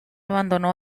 abandonó